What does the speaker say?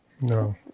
No